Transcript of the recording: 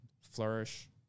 flourish